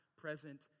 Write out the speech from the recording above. present